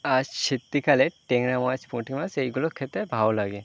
আর শীতকালে ট্যাংরা মাছ পুঁটি মাছ এইগুলো খেতে ভালো লাগে